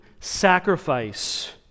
sacrifice